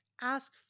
Ask